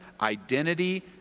identity